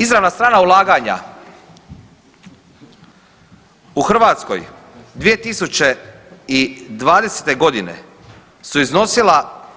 Izravna strana ulaganja u Hrvatskoj 2020. godine su iznosile